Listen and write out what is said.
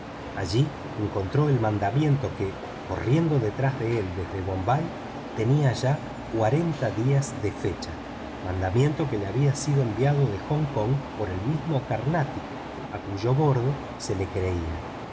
allí encontró el mandamiento que corriendo detrás de él desde bombay tenía ya cuarenta días de fecha mandamiento que le había sido enviado de hong kong por el mismo carnatic a cuyo bordo se le creía